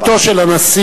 לזכותו של הנשיא,